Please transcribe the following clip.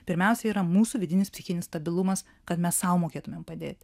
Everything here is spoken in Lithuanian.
pirmiausia yra mūsų vidinis psichinis stabilumas kad mes sau mokėtumėm padėti